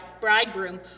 bridegroom